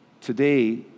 Today